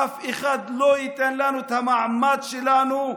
אף אחד לא ייתן לנו את המעמד שלנו.